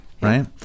Right